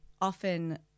often